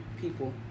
people